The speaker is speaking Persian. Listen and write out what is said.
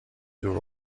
دور